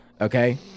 Okay